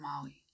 Maui